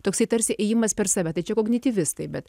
toksai tarsi ėjimas per save tai čia kognityvistai bet